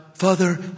Father